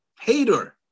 hater